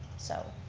so